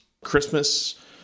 Christmas